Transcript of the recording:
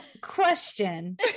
Question